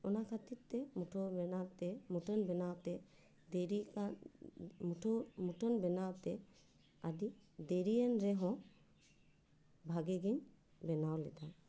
ᱚᱱᱟ ᱠᱷᱟᱹᱛᱤᱨ ᱛᱮ ᱢᱩᱴᱷᱟᱹᱱ ᱵᱮᱱᱟᱣ ᱛᱮ ᱢᱩᱴᱷᱟᱹᱱ ᱵᱮᱱᱟᱣ ᱛᱮ ᱫᱮᱨᱤᱠᱟᱱ ᱢᱩᱴᱷᱟᱹᱱ ᱵᱮᱱᱟᱣ ᱛᱮ ᱟᱹᱰᱤ ᱫᱮᱨᱤᱭᱮᱱ ᱨᱮᱦᱚᱸ ᱵᱷᱟᱹᱜᱤ ᱜᱤᱧ ᱵᱮᱱᱟᱣ ᱞᱮᱫᱟ